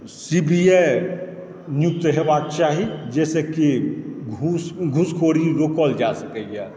C B I नियुक्त हेबाक चाही जाहिसे कि घूसखोरी रोकल जा सकै यऽ